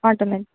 automatic